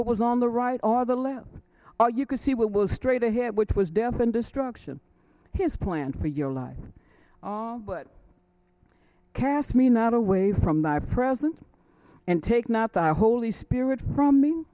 what was on the right or the lip or you could see what was straight ahead which was death and destruction his plan for your life all would cast me not away from my present and take not the holy spirit from me